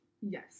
Yes